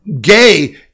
gay